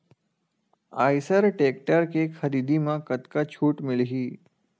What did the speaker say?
Eicher tractor के खरीदी म कतका छूट मिलही?